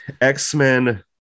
x-men